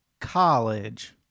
College